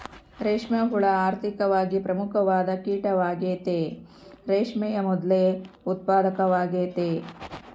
ರೇಷ್ಮೆ ಹುಳ ಆರ್ಥಿಕವಾಗಿ ಪ್ರಮುಖವಾದ ಕೀಟವಾಗೆತೆ, ರೇಷ್ಮೆಯ ಮೊದ್ಲು ಉತ್ಪಾದಕವಾಗೆತೆ